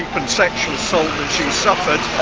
and sexual assault that she's suffered.